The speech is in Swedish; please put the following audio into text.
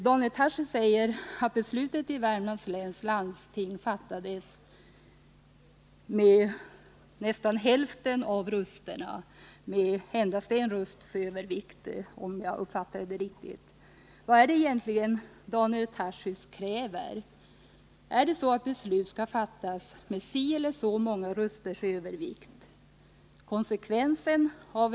Daniel Tarschys säger att beslutet i Värmlands läns landsting fattades mot nästan hälften av rösterna — med endast en rösts övervikt, om jag uppfattat riktigt. Vad är det egentligen Daniel Tarschys kräver? Är det så att beslut skall fattas med si eller så många rösters övervikt?